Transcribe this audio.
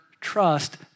trust